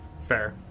Fair